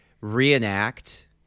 reenact